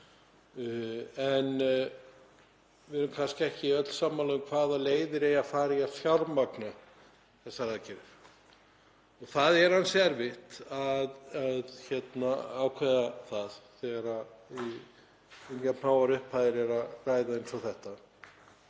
En við erum kannski ekki öll sammála um hvaða leiðir eigi að fara í að fjármagna þessar aðgerðir. Það er ansi erfitt að ákveða það þegar um jafn háar upphæðir er að ræða og þessar.